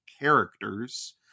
characters